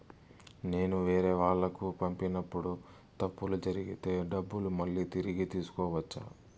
నేను వేరేవాళ్లకు పంపినప్పుడు తప్పులు జరిగితే డబ్బులు మళ్ళీ తిరిగి తీసుకోవచ్చా?